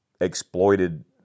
exploited